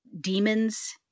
demons